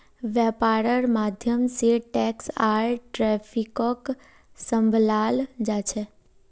वैपार्र माध्यम से टैक्स आर ट्रैफिकक सम्भलाल जा छे